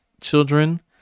children